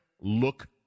Look